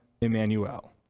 Emmanuel